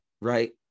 Right